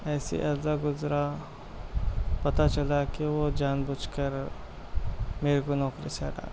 ایسے عرصہ گزرا پتا چلا کہ وہ جان بوجھ کر میرے کو نوکری سے ہٹایا